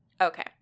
Okay